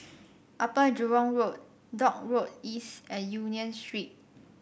Upper Jurong Road Dock Road East and Union Street